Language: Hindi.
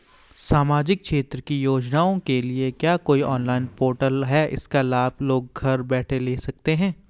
सामाजिक क्षेत्र की योजनाओं के लिए क्या कोई ऑनलाइन पोर्टल है इसका लाभ लोग घर बैठे ले सकते हैं?